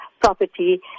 property